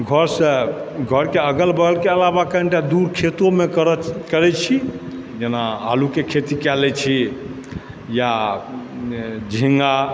घरसँ घरके अगल बगलके अलावा कनिटा दूर खेतोमे करै छी जेना आलूके खेती कए लै छी या झिँगा